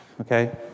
okay